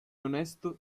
onesto